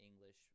English